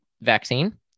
vaccine